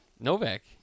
Novak